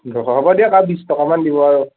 পোন্ধৰশ হ'ব দিয়ক আৰু বিছ টকামান দিব আৰু